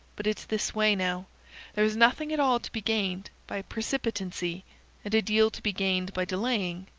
but it's this way, now there's nothing at all to be gained by precipitancy, and a deal to be gained by delaying,